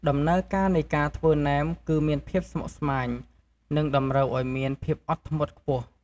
ដំណើរការនៃការធ្វើណែមគឺមានភាពស្មុគស្មាញ និងតម្រូវឱ្យមានភាពអត់ធ្មត់ខ្ពស់។